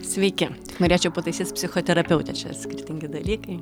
sveiki norėčiau pataisyt psichoterapeute čia skirtingi dalykai